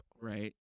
Right